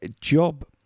job